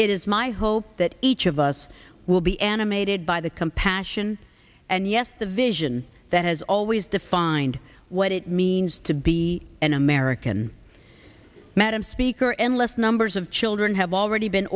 is my hope that each of us will be animated by the compassion and yes the vision that has always defined what it means to be an american madam speaker endless numbers of children have already been